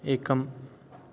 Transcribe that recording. एकम्